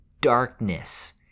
darkness